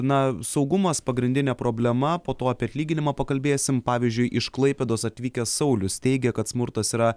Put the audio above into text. na saugumas pagrindinė problema po to apie atlyginimą pakalbėsim pavyzdžiui iš klaipėdos atvykęs saulius teigia kad smurtas yra